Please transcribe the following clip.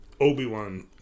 Obi-Wan